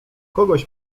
kogoś